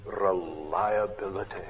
reliability